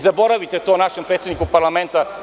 Zaboravite to našem predsedniku parlamenta.